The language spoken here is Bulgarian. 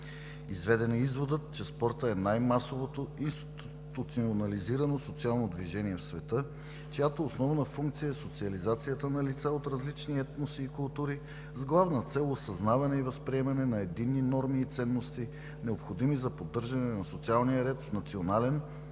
Изведен е изводът, че спортът е най масовото институционализирано социално движение в света, чиято основна функция е социализацията на лица от различни етноси и култури с главна цел осъзнаване и възприемане на единни норми и ценности, необходими за поддържане на социалния ред в национален,